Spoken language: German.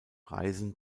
reisen